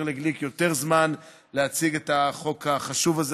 לגליק יותר זמן להציג את החוק החשוב הזה.